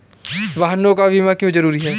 वाहनों का बीमा क्यो जरूरी है?